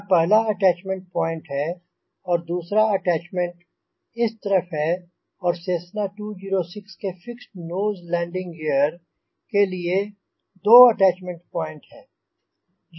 यह पहला attachment point है और दूसरा अटैच्मेंट इस तरफ़ है और सेस्ना 206 के फ़िक्स्ड नोज़ लैंडिंग गियर के लिए दो अटैच्मेंट पॉइंट हैं